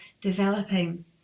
developing